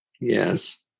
yes